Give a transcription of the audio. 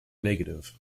negative